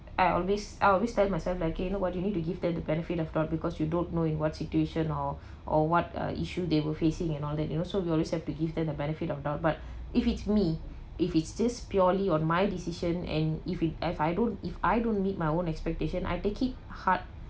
I always I always tell myself like okay you know what you need to give them the benefit of doubt because you don't know in what situation or or what uh issue they were facing and all that you know so we always have to give them the benefit of doubt but if it's me if it's just purely on my decision and if it if I don't if I don't meet my own expectation I take it hard